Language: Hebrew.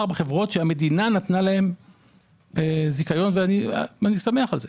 ארבע חברות שהמדינה נתנה להן זיכיון ואני שמח על כך.